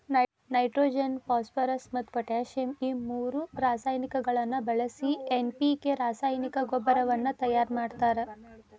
nitrogen phosphorus ಮತ್ತ್ potassium ಈ ಮೂರು ರಾಸಾಯನಿಕಗಳನ್ನ ಬಳಿಸಿ ಎನ್.ಪಿ.ಕೆ ರಾಸಾಯನಿಕ ಗೊಬ್ಬರವನ್ನ ತಯಾರ್ ಮಾಡ್ತಾರ